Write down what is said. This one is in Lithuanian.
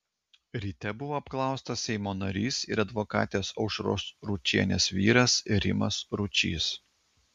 ryte buvo apklaustas seimo narys ir advokatės aušros ručienės vyras rimas ručys